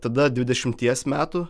tada dvidešimties metų